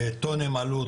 טונים עלו,